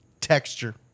texture